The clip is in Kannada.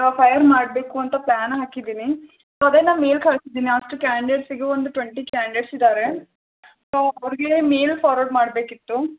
ನಾವು ಫೈರ್ ಮಾಡಬೇಕು ಅಂತ ಪ್ಲಾನ್ ಹಾಕಿದ್ದೀನಿ ಅದನ್ನು ಮೇಲ್ ಕಳ್ಸಿದ್ದೀನಿ ಅಷ್ಟು ಕ್ಯಾಂಡಿಡೆಟ್ಸಿಗು ಒಂದು ಟ್ವೆಂಟಿ ಕ್ಯಾಂಡಿಡೆಟ್ಸ್ ಇದ್ದಾರೆ ಸೊ ಅವರಿಗೆ ಮೇಲ್ ಫಾರ್ವರ್ಡ್ ಮಾಡಬೇಕಿತ್ತು